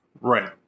Right